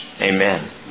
Amen